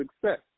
success